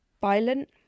violent